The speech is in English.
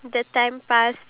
if